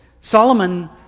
Solomon